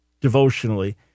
devotionally